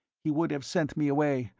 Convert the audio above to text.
he would have sent me away,